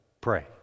pray